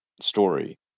story